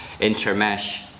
intermesh